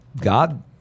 God